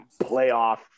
playoff